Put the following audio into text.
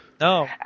No